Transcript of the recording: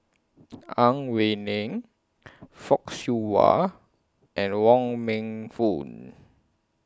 Ang Wei Neng Fock Siew Wah and Wong Meng Voon